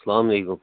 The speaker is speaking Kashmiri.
سَلام علیکُم